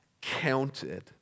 counted